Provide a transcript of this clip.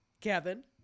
Kevin